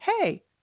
hey